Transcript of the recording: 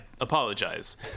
apologize